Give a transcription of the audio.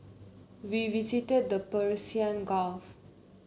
we visited the Persian Gulf